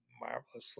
marvelously